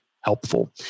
helpful